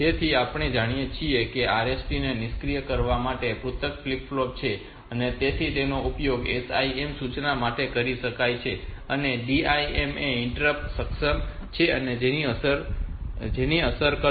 તેથી આપણે જાણીએ છીએ કે આ RST ને નિષ્ક્રિય કરવા માટે પૃથક ફ્લિપ ફ્લોપ છે તેથી તેનો ઉપયોગ SIM સૂચના માટે કરી શકાય છે અને DI EI ઇન્ટરપ્ટ સક્ષમ ફ્લેગ ને અસર કરશે